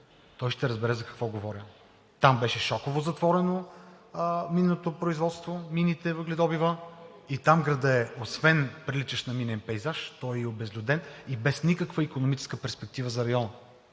той ще разбере за какво говоря. Там беше шоково затворено минното производство, мините, въгледобивът. Там градът, освен приличащ на минен пейзаж, е и обезлюден, и без никаква икономическа перспектива за района.